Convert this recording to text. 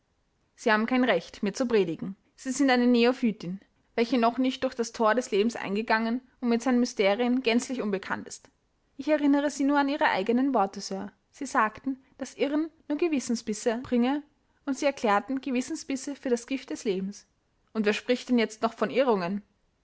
sie haben kein recht mir zu predigen sie sind eine neophytin welche noch nicht durch das thor des lebens eingegangen und mit seinen mysterien gänzlich unbekannt ist ich erinnere sie nur an ihre eigenen worte sir sie sagten daß irren nur gewissensbisse bringe und sie erklärten gewissensbisse für das gift des lebens und wer spricht denn jetzt noch von verirrungen